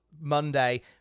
Monday